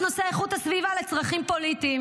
נושא איכות הסביבה לצרכים פוליטיים,